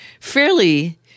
fairly